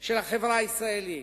של החברה הישראלית.